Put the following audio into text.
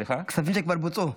לא כולם.